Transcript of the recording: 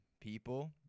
people